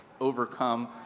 overcome